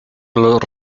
los